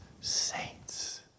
saints